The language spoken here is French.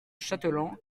chateland